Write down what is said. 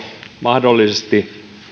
mahdollisesti